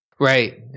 Right